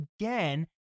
again